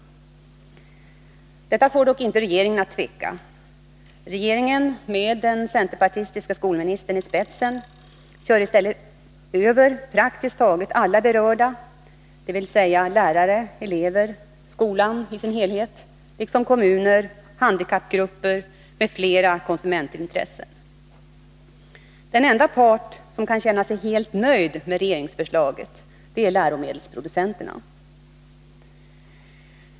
Detta får dock inte regeringen att tveka. Regeringen med den centerpartistiska skolministern i spetsen kör i stället över praktiskt taget alla berörda, dvs. lärare, elever, skolan i dess helhet, kommuner, handikappgrupper m.fl. konsumentintressen. Den enda part som kan känna sig helt nöjd med regeringsförslaget är läromedelsproducenterna.